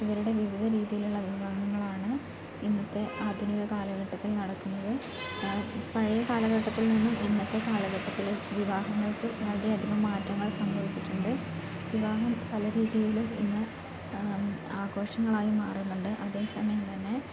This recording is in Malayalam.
ഇവരുടെ വിവിധ രീതിയിലുള്ള വിവാഹങ്ങളാണ് ഇന്നത്തെ ആധുനിക കാലഘട്ടത്തിൽ നടക്കുന്നത് പഴയ കാലഘട്ടത്തിൽ നിന്നും ഇന്നത്തെ കാലഘട്ടത്തിൽ വിവാഹങ്ങൾക്ക് വളരെയധികം മാറ്റങ്ങൾ സംഭവിച്ചിട്ടുണ്ട് വിവാഹം പല രീതിയിലും ഇന്ന് ആഘോഷങ്ങളായി മാറുന്നുണ്ട് അതേ സമയം തന്നെ